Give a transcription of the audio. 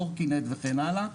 קורקינט וכן הלאה.